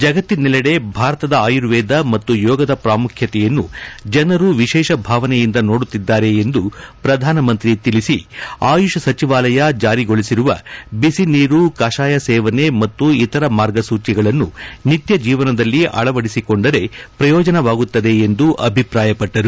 ಜಗತ್ತಿನೆಲ್ಲಡೆ ಭಾರತದ ಆರ್ಯುವೇದ ಮತ್ತು ಯೋಗದ ಪ್ರಾಮುಖ್ಯತೆಯನ್ನು ಜನರು ವಿಶೇಷ ಭಾವನೆಯಿಂದ ನೋಡುತ್ತಿದ್ದಾರೆ ಎಂದು ಪ್ರಧಾನಮಂತ್ರಿ ತಿಳಿಸಿ ಆಯುಷ್ ಸಚಿವಾಲಯ ಜಾರಿಗೊಳಿಸಿರುವ ಬಿಸಿನೀರು ಕಷಾಯ ಸೇವನೆ ಮತ್ತು ಇತರ ಮಾರ್ಗಸೂಚಿಗಳನ್ನು ನಿತ್ಯ ಜೀವನದಲ್ಲಿ ಅಳವಡಿಸಿಕೊಂಡರೆ ಪ್ರಯೋಜನವಾಗುತ್ತದೆ ಎಂದು ಅಭಿಪ್ರಾಯಪಟ್ಟರು